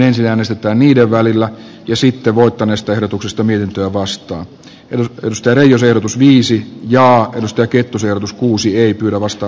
ensin äänestetään niiden välillä ja sitten voittaneesta ehdotustaminen tuo vasta nyt ystävä jose viisi ja musta keitto sijoitus kuusi ei kyllä vastaa